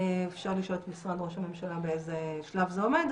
אפשר לשאול את משרד ראש הממשלה באיזה שלב זה עומד,